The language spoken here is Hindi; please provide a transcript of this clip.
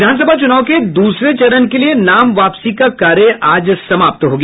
विधानसभा चुनाव के दूसरे चरण के लिये नाम वापसी का कार्य आज समाप्त हो गया